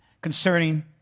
concerning